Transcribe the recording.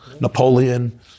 Napoleon